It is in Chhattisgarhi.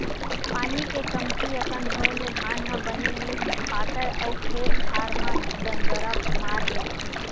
पानी के कमती अकन होए ले धान ह बने नइ पाकय अउ खेत खार म दनगरा मार देथे